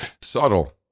Subtle